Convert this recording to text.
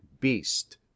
beast